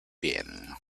been